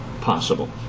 possible